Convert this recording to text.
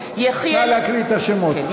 נא להקריא את השמות.